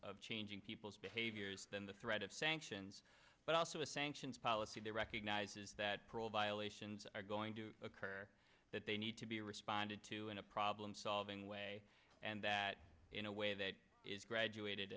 of changing people's behaviors than the threat of sanctions but also a sanctions policy that recognizes that parole violations are going to occur that they need to be responded to in a problem solving way and that in a way that is graduated